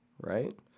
right